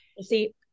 See